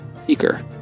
Seeker